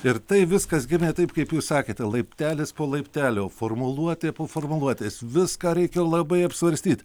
ir tai viskas gimė taip kaip jūs sakėte laiptelis po laiptelio formuluotė po formuluotės viską reikia labai apsvarstyt